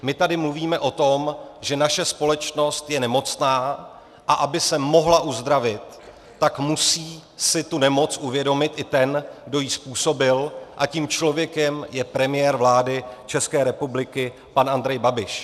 My tady mluvíme o tom, že naše společnost je nemocná, a aby se mohla uzdravit, tak musí si tu nemoc uvědomit i ten, kdo ji způsobil, a tím člověkem je premiér vlády České republiky, pan Andrej Babiš.